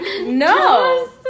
no